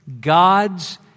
God's